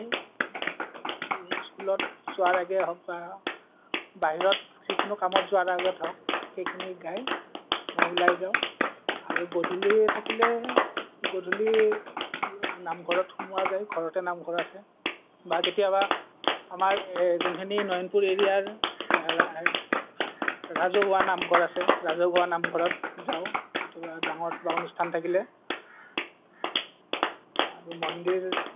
স্কুলত যোৱাৰ আগে হওক বা বাহিৰত যিকোনো কামত যোৱাৰ আগত হওক সেইখিনি গাই মই ওলাই যাওঁ আৰু গধূলি থাকিলে গধূলি নামঘৰত সোমোৱা যায় ঘৰতে নামঘৰ আছে বা কেতিয়াবা আমাৰ যোনখিনি নয়নপুৰ এৰিয়াৰ ৰাজহুৱা নামঘৰ আছে ৰাজহুৱা নামঘৰত যাওঁ কিন্তু ডাঙৰ কিবা অনুষ্ঠান থাকিলে